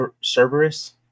Cerberus